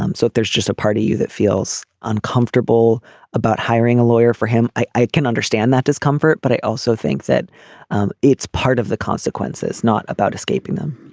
um so if there's just a part of you that feels uncomfortable about hiring a lawyer for him i i can understand that discomfort. but i also think that um it's part of the consequences not about escaping them.